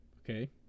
Okay